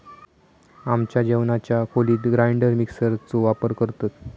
आमच्या जेवणाच्या खोलीत ग्राइंडर मिक्सर चो वापर करतत